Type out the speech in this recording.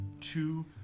two